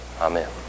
Amen